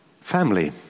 Family